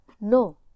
no